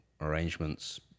arrangements